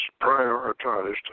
prioritized